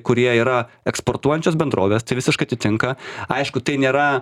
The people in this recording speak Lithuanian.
kurie yra eksportuojančios bendrovės tai visiškai atitinka aišku tai nėra